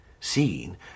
seen